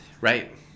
Right